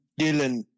Dylan